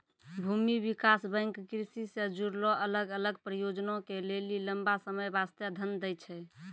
भूमि विकास बैंक कृषि से जुड़लो अलग अलग परियोजना के लेली लंबा समय बास्ते धन दै छै